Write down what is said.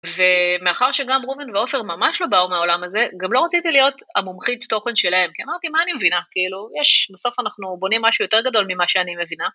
ומאחר שגם ראובן ועופר ממש לא באו מהעולם הזה, גם לא רציתי להיות המומחית תוכן שלהם, כי אמרתי, מה אני מבינה? כאילו, יש, בסוף אנחנו בונים משהו יותר גדול ממה שאני מבינה.